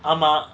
ஆமா:aama